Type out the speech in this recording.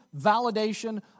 validation